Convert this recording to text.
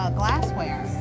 glassware